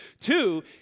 two